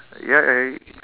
ya and